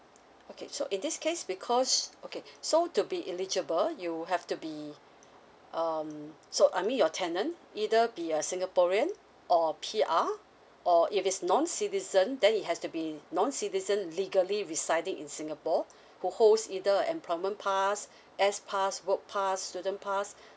okay so in this case because okay so to be eligible you will have to be um so I mean your tenant either be a singaporean or a P_R or if it's non citizen then it has to be non citizen legally residing in singapore who holds either employment pass S_pass work pass student pass